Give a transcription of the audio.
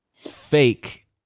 Fake